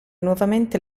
nuovamente